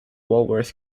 walworth